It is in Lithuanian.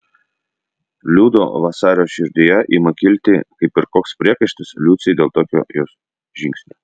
liudo vasario širdyje ima kilti kaip ir koks priekaištas liucei dėl tokio jos žingsnio